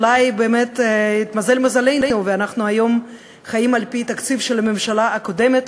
אולי באמת התמזל מזלנו ואנחנו היום חיים על-פי התקציב של הממשלה הקודמת,